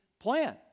plan